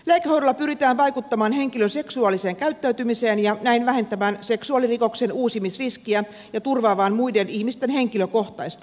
lääkehoidolla pyritään vaikuttamaan henkilön seksuaaliseen käyttäytymiseen ja näin vähentämään seksuaalirikoksen uusimisriskiä ja turvaamaan muiden ihmisten henkilökohtaista koskemattomuutta